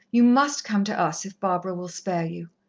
you must come to us, if barbara will spare you.